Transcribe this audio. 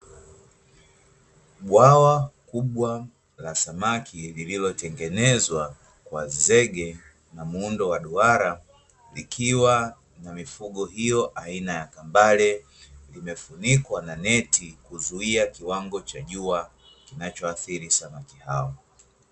Bwawa kubwa la samaki lililotengenezwa kwa zege na muundo wa duara, likiwa na mifugo hiyo aina ya kambale, limefunikwa kwa neti kuzuia kiwango cha jua, kinachoathiri samaki hao.